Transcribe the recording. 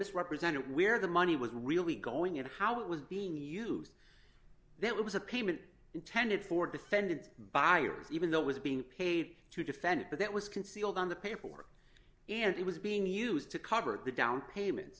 misrepresented where the money was really going and how it was being used that was a payment intended for defendants buyers even though it was being paid to defend it but that was concealed on the paperwork and it was being used to cover the down payment